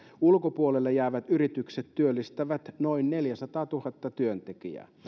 ulkopuolelle jäävät suomen pk yritykset työllistävät noin neljäsataatuhatta työntekijää